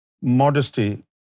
modesty